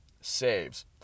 saves